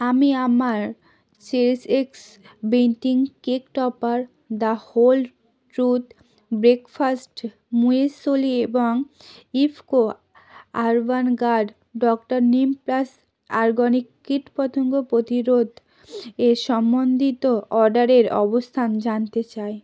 আমি আমার Cherish X bunting cake topper The Whole Truth breakfast muesli এবং IFFCO urban gard doctor Neem plus organic কীটপতঙ্গ প্রতিরোধ এ সম্বন্ধিত অর্ডারের অবস্থান জানতে চাই